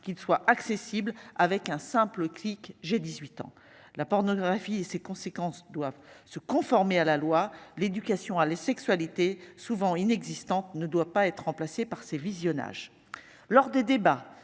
qu'soit accessible avec un simple clic. J'ai 18 ans, la pornographie et ses conséquences doivent se conformer à la loi. L'éducation à les sexualités souvent inexistantes ne doit pas être remplacé par ces visionnages lors des débats